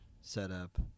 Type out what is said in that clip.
setup